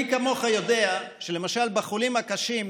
מי כמוך יודע שלמשל בחולים הקשים,